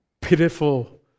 pitiful